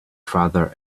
father